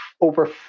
over